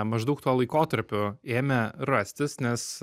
maždaug tuo laikotarpiu ėmė rastis nes